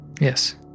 Yes